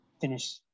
finish